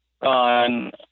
on